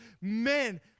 Men